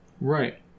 Right